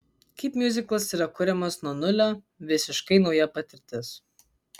kaip miuziklas yra kuriamas nuo nulio visiškai nauja patirtis